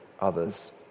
others